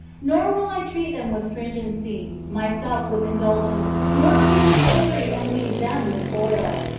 nor will i treat them with stringency, myself with indulgence, nor claim the glory and leave them the toil.